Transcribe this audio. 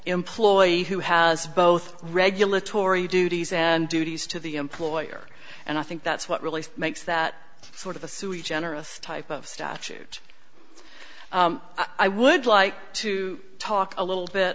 employee who has both regulatory duties and duties to the employer and i think that's what really makes that sort of a sue each onerous type of statute i would like to talk a little bit